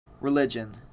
Religion